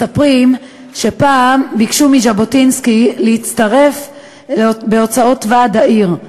מספרים שפעם ביקשו מז'בוטינסקי להשתתף בהוצאות ועד העיר,